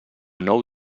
nou